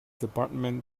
department